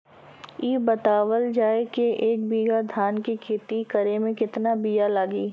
इ बतावल जाए के एक बिघा धान के खेती करेमे कितना बिया लागि?